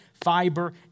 fiber